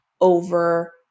over